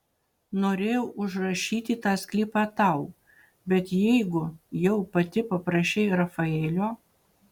norėjau užrašyti tą sklypą tau bet jeigu jau pati paprašei rafaelio